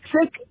Sick